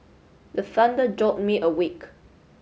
the thunder jolt me awake